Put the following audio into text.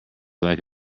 like